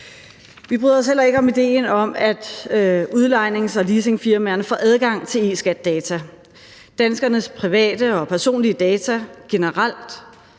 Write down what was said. Vi bryder os heller ikke om ideen om, at udlejnings- og leasingfirmaerne får adgang til eSkatData, for danskernes private og personlige data generelt